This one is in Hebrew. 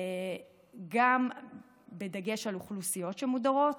גם בדגש על אוכלוסיות שמודרות,